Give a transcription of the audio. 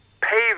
pave